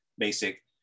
Basic